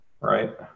Right